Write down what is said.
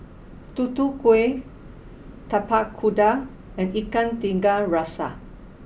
Tutu Kueh Tapak Kuda and Ikan Tiga Rasa